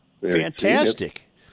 fantastic